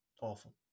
awful